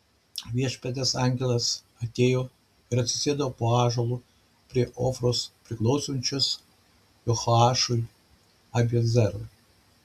viešpaties angelas atėjo ir atsisėdo po ąžuolu prie ofros priklausančios jehoašui abiezerui